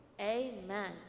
amen